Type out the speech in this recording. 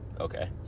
Okay